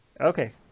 Okay